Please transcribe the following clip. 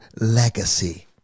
legacy